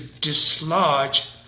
dislodge